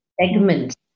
segment